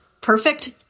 perfect